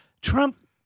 Trump